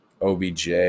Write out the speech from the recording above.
OBJ